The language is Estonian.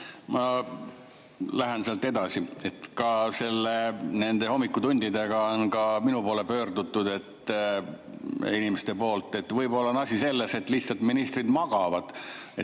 Ma lähen sealt edasi. Nende hommikutundidega on ka minu poole pöördunud inimesi, et võib-olla on asi selles, et lihtsalt ministrid magavad. Me